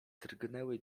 drgnęły